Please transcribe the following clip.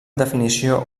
definició